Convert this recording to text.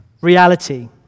reality